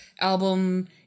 album